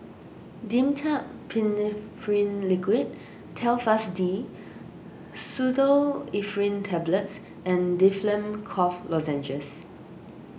Dimetapp Phenylephrine Liquid Telfast D Pseudoephrine Tablets and Difflam Cough Lozenges